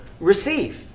receive